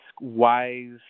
wise